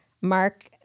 Mark